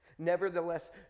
nevertheless